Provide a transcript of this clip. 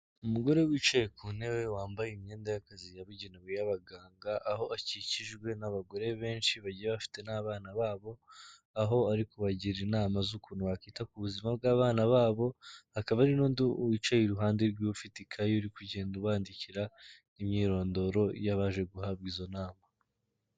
Umugore wicaye ku ntebe wambaye imyenda y'akazi yabugenewe y'abaganga, aho akikijwe n'abagore benshi bagiye bafite n'abana babo, aho ari kubagira inama z'ukuntu bakita ku buzima bw'abana babo, akaba ari n'undi wicaye iruhande rw'iwe ufite ikayi uri kugenda bandikira imyirondoro y'abaje guhabwa izo nama.